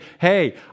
hey